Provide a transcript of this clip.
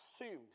assumed